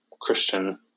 Christian